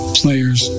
players